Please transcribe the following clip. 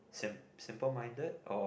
sim~ simple minded or